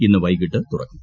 ഇന്ന് വൈകിട്ട് തുറക്കും